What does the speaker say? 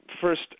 first